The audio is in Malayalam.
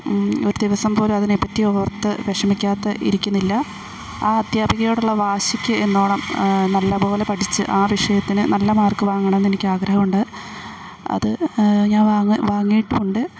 ഒരു ദിവസം പോലും അതിനെപ്പറ്റി ഓർത്ത് വിഷമിക്കാതെ ഇരിക്കുന്നില്ല ആ അധ്യാപികയോടുള്ള വാശിക്ക് എന്നോണം നല്ലതുപോലെ പഠിച്ച് ആ വിഷയത്തിനു നല്ല മാർക്ക് വാങ്ങണമെന്നെനിക്ക് ആഗ്രഹമുണ്ട് അത് ഞാൻ വാങ്ങിയിട്ടുണ്ട്